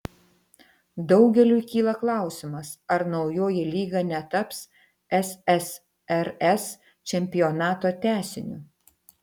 daugeliui kyla klausimas ar naujoji lyga netaps ssrs čempionato tęsiniu